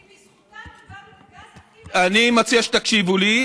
כי בזכותם קיבלנו גז, אני מציע שתקשיבו לי.